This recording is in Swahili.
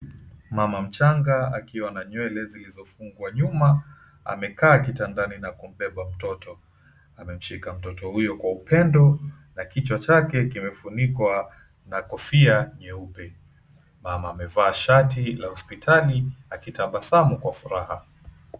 Mama mchanga akiwa na nywele zilizofungwa nyuma, amekaa kitandani na kumbeba mtoto. Amemshika mtoto huyo kwa upendo na kichwa chake kimefunikwa na kofia nyeupe. Mama amevaa shati la hospitali akitabasamu kwa furaha.